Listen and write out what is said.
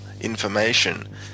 information